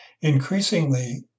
Increasingly